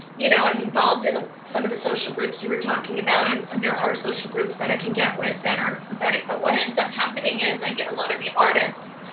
you know i'm involved in sort of the social groups you were talking about. um and there are social groups that i can get with that are prophetic but what ends up happening is i get a lot of the artists,